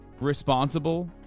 responsible